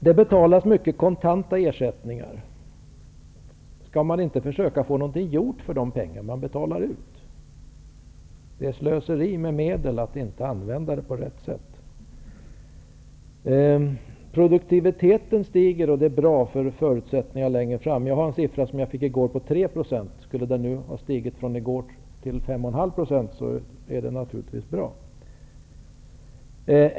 Det betalas ut mycket i kontanta ersättningar. Skall man inte försöka få någonting gjort för dessa pengar? Det är slöseri med medel att inte använda dem på rätt sätt. Produktiviteten stiger, och det är bra för förutsättningarna längre fram. Jag fick i går uppgiften att siffran var 3 %, och skulle den ha stigit till 5,5 % i dag är det naturligtvis bra.